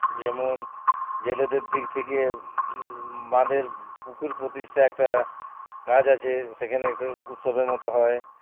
যেমন জেলেদের দিক থেকে বাঁদের পুকুর প্রতিষ্ঠা একটা কাজ আছে সেখানে একটা উৎসবের মতো হয়